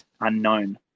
unknown